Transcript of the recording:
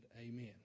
Amen